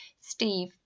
Steve